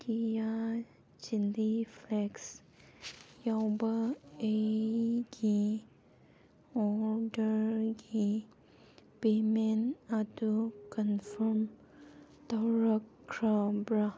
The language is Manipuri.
ꯀꯤꯌꯥ ꯆꯤꯟꯗꯤ ꯐꯦꯛꯁ ꯌꯥꯎꯕ ꯑꯩꯒꯤ ꯑꯣꯗꯔꯒꯤ ꯄꯦꯃꯦꯟ ꯑꯗꯨ ꯀꯟꯐꯥꯔꯝ ꯇꯧꯔꯛꯈ꯭ꯔꯕ꯭ꯔꯥ